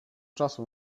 czasu